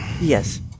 Yes